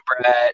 Brett